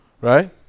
Right